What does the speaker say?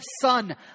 son